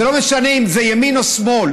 זה לא משנה אם זה ימין או שמאל,